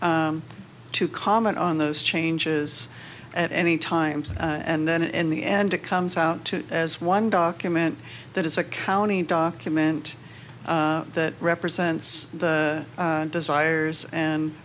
to to comment on those changes at any time and then in the end it comes out to as one document that is a county document that represents the desires and